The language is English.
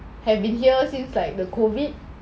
have been here since like the COVID